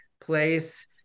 place